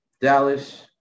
Dallas